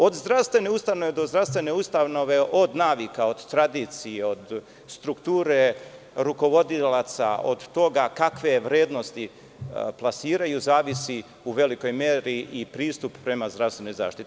Od zdravstvene ustanove do zdravstvene ustanove, od navika, od tradicije, od sturkture rukovodilaca, od toga kakve je vrednosti plasiraju, zavisi u velikoj meri i pristupa prema zdravstvenoj zaštiti.